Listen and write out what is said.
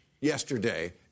yesterday